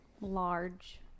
large